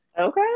Okay